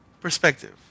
perspective